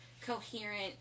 coherent